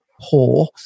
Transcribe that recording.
poor